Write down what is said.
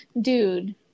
Dude